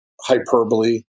hyperbole